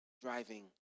driving